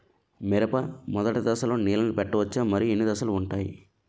మిరప మొదటి దశలో నీళ్ళని పెట్టవచ్చా? మరియు ఎన్ని దశలు ఉంటాయి?